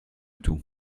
tout